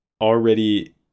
already